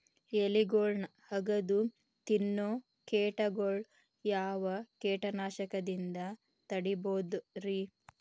ಎಲಿಗೊಳ್ನ ಅಗದು ತಿನ್ನೋ ಕೇಟಗೊಳ್ನ ಯಾವ ಕೇಟನಾಶಕದಿಂದ ತಡಿಬೋದ್ ರಿ?